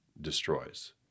destroys